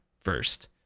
first